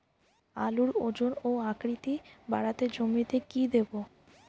আলুর ওজন ও আকৃতি বাড়াতে জমিতে কি দেবো?